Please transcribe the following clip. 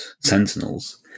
Sentinels